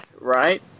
Right